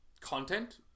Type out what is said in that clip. content